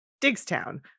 Digstown